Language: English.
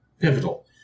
pivotal